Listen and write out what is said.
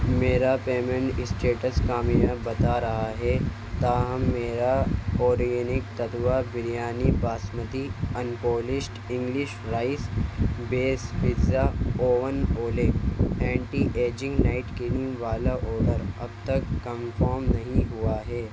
میرا payment status کامیاب بتا رہا ہے تاہم میرا آرگینک تتوہ biryani basmati unpolished English rice base pizza oven Olay anti ageing night cream والا آرڈر اب تک کنفرم نہیں ہوا ہے